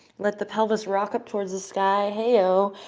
let the pelvis rock up towards the sky. hey-o.